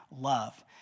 love